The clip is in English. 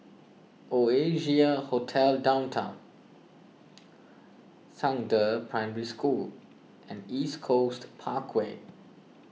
Oasia Hotel Downtown Zhangde Primary School and East Coast Parkway